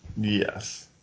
Yes